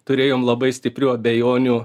turėjom labai stiprių abejonių